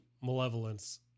Malevolence